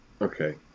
Okay